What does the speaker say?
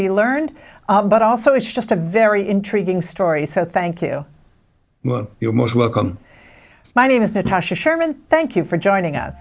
be learned but also it's just a very intriguing story so thank you what you're most welcome my name is that kasha sherman thank you for joining u